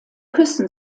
küssen